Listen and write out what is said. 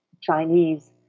Chinese